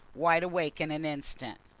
wide awake in an instant.